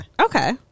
okay